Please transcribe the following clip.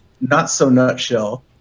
not-so-nutshell